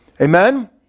Amen